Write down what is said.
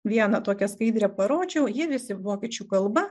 vieną tokią skaidrę parodžiau jie visi vokiečių kalba